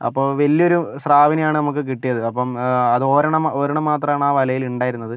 അപ്പോൾ വലിയൊരു സ്രാവിനെയാണ് നമുക്ക് കിട്ടിയത് അപ്പം അതോരെണ്ണം ഒരെണ്ണം മാത്രമാണ് ആ വലയിൽ ഉണ്ടായിരുന്നത്